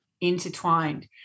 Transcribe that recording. Intertwined